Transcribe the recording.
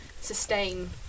sustain